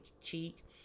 cheek